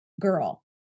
girl